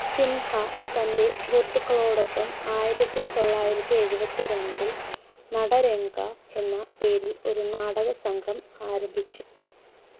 സിംഹ തന്റെ സുഹൃത്തുക്കളോടൊപ്പം ആയിരത്തി തൊള്ളായിരത്തി എഴുപത്തി രണ്ടില് നടരംഗ എന്ന പേരിൽ ഒരു നാടക സംഘം ആരംഭിച്ചു